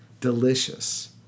delicious